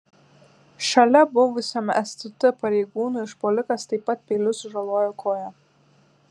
šalia buvusiam stt pareigūnui užpuolikas taip pat peiliu sužalojo koją